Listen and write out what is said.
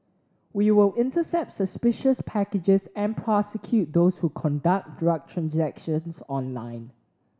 we will intercept suspicious packages and prosecute those who conduct drug transactions online